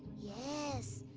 yes,